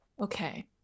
Okay